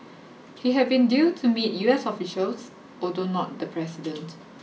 he had been due to meet U S officials although not the president